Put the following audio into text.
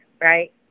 right